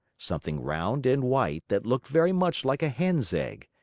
something round and white that looked very much like a hen's egg.